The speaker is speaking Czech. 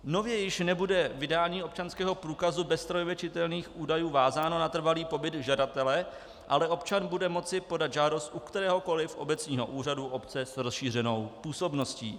Nově již nebude vydání občanského průkazu bez strojově čitelných údajů vázáno na trvalý pobyt žadatele, ale občan bude moci podat žádost u kteréhokoli obecního úřadu obce s rozšířenou působností.